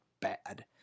bad